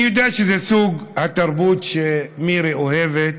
אני יודע שזה סוג התרבות שמירי אוהבת,